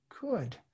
Good